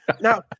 now